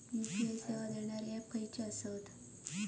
UPI सेवा देणारे app खयचे आसत?